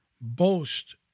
boast